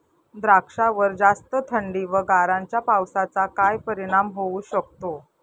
द्राक्षावर जास्त थंडी व गारांच्या पावसाचा काय परिणाम होऊ शकतो?